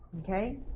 Okay